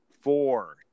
four